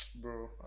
bro